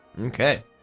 Okay